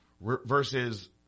Versus